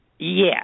Yes